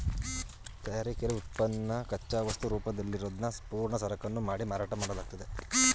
ತಯಾರಿಕೆಲಿ ಉತ್ಪನ್ನನ ಕಚ್ಚಾವಸ್ತು ರೂಪದಲ್ಲಿರೋದ್ನ ಪೂರ್ಣ ಸರಕನ್ನು ಮಾಡಿ ಮಾರಾಟ ಮಾಡ್ಲಾಗ್ತದೆ